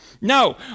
No